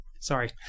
Sorry